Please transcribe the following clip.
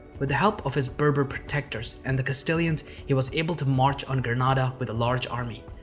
with the help of his berber protectors and the castilians, he was able to march on granada with a large army.